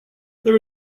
there